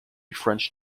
french